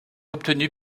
obtenue